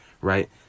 right